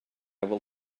will